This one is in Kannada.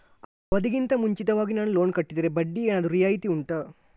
ಅವಧಿ ಗಿಂತ ಮುಂಚಿತವಾಗಿ ನಾನು ಲೋನ್ ಕಟ್ಟಿದರೆ ಬಡ್ಡಿ ಏನಾದರೂ ರಿಯಾಯಿತಿ ಉಂಟಾ